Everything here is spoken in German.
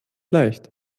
leicht